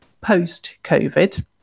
post-COVID